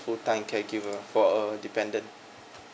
full time caregiver for a dependent